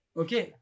okay